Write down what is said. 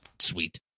sweet